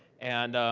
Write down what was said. and,